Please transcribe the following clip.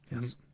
yes